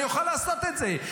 אני אוכל לעשות את זה,